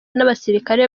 n’abasirikare